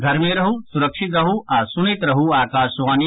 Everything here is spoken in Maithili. घर मे रहू सुरक्षित रहू आ सुनैत रहू आकाशवाणी